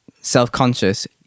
self-conscious